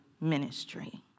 ministry